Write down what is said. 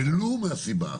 ולו מסיבה אחת: